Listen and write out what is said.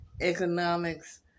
economics